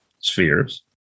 spheres